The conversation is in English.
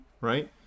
right